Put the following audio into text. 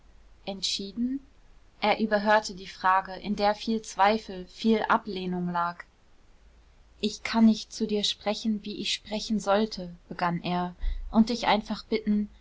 entschieden er überhörte die frage in der viel zweifel viel ablehnung lag ich kann nicht zu dir sprechen wie ich sprechen sollte begann er und dich einfach bitten